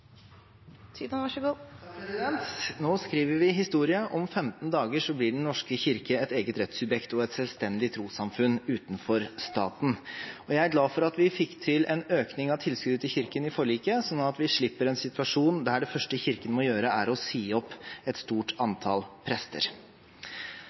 Nå skriver vi historie: Om 15 dager blir Den norske kirke et eget rettssubjekt og et selvstendig trossamfunn utenfor staten. Jeg er glad for at vi fikk til en økning av tilskuddet til Kirken i forliket, så vi slipper en situasjon der det første Kirken må gjøre, er å si opp et stort